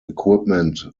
equipment